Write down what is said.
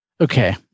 Okay